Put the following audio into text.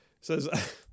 says